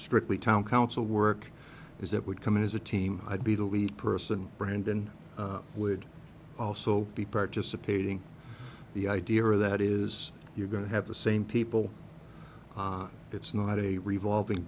strictly town council work is that would come in as a team i'd be the lead person brandon would also be participating the idea of that is you're going to have the same people it's not a revolving